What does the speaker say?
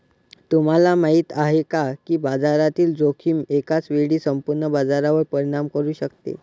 तुम्हाला माहिती आहे का की बाजारातील जोखीम एकाच वेळी संपूर्ण बाजारावर परिणाम करू शकते?